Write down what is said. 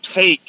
take